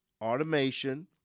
automation